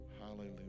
hallelujah